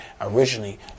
Originally